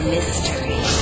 Mystery